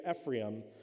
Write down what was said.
Ephraim